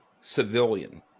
civilian